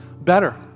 better